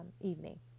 evening